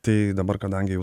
tai dabar kadangi jau